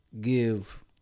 give